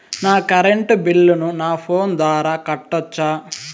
నా కరెంటు బిల్లును నా ఫోను ద్వారా కట్టొచ్చా?